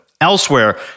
Elsewhere